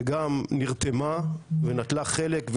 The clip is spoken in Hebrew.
שגם נרתמה ונטלה חלק,